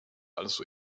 also